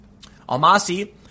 Almasi